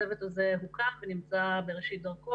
הצוות הזה הוקם ונמצא בראשית דרכו